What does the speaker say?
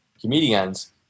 comedians